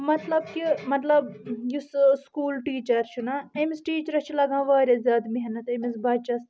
مطلب کہِ مطلب یُس سکوٗل ٹیچر چھُ نہٕ أمس ٹیچرس چھِ لگان واریاہ زیادٕ محنت أمس بچس